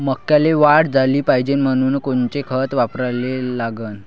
मक्याले वाढ झाली पाहिजे म्हनून कोनचे खतं वापराले लागन?